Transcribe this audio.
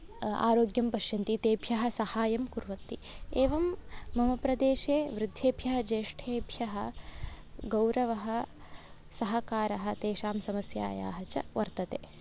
आरोग्यं पश्यन्ति तेभ्यः साहाय्यम् कुर्वन्ति एवं मम प्रदेशे वृद्धेभ्यः ज्येष्ठेभ्यः गौरवः सहकारः तेषां समस्यायाः च वर्तते